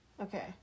Okay